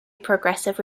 progressive